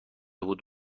بود